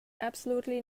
absolutely